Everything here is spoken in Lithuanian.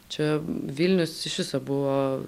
čia vilnius iš viso buvo